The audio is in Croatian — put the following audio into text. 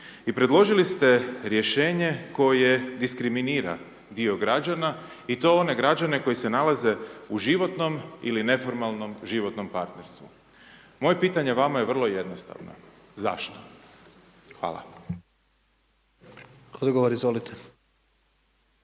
I predložili ste rješenje koje diskriminira dio građana i to one građane koji se nalaze u životnom ili neformalnom životnom partnerstvu. Moje pitanje vama je vrlo jednostavno. Zašto? Hvala. **Jandroković, Gordan